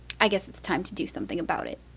i guess it's time to do something about it